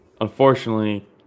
unfortunately